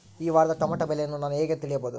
ಈ ವಾರದ ಟೊಮೆಟೊ ಬೆಲೆಯನ್ನು ನಾನು ಹೇಗೆ ತಿಳಿಯಬಹುದು?